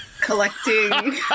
collecting